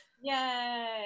yay